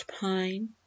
pine